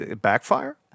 backfire